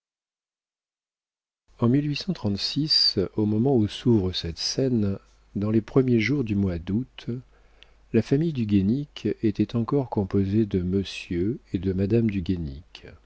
en au moment où s'ouvre cette scène dans les premiers jours du mois d'août la famille du guénic était encore composée de monsieur et de madame du